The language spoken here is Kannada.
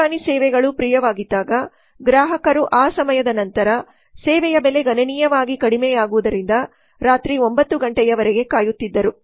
ದೂರವಾಣಿ ಸೇವೆಗಳು ಪ್ರಿಯವಾಗಿದ್ದಾಗ ಗ್ರಾಹಕರು ಆ ಸಮಯದ ನಂತರ ಸೇವೆಯ ಬೆಲೆ ಗಣನೀಯವಾಗಿ ಕಡಿಮೆಯಾಗುವುದರಿಂದ ರಾತ್ರಿ 9 ಗಂಟೆಯವರೆಗೆ ಕಾಯುತ್ತಿದ್ದರು